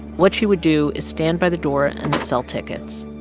what she would do is stand by the door and sell tickets,